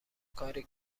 کاری